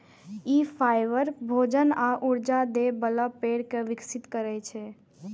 ई fibre, भोजन आ ऊर्जा दै बला पेड़ कें विकसित करै छै